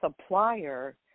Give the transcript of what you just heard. supplier